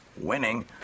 Winning